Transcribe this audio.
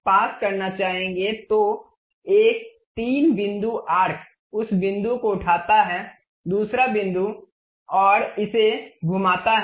तो एक 3 बिंदु आर्क उस बिंदु को उठाता है दूसरा बिंदु और इसे घुमाता है